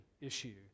issue